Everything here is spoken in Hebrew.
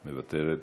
מוותרת.